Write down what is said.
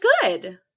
good